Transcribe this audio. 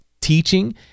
teaching